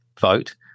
vote